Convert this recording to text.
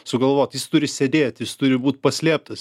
sugalvot jis turi sėdėt jis turi būt paslėptas